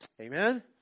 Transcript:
Amen